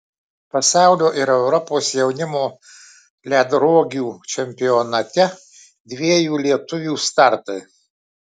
pasaulio ir europos jaunimo ledrogių čempionate dviejų lietuvių startai